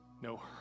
no